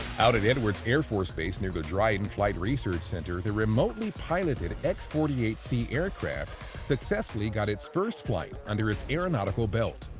out at edwards air force base near the dryden flight research center, the remotely-piloted x forty eight c aircraft successfully got its first flight under its aeronautical belt.